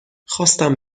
خواستم